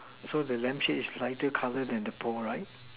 so the lamb shape is lighter colour than the post right